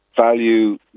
Value